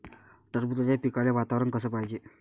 टरबूजाच्या पिकाले वातावरन कस पायजे?